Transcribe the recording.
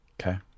okay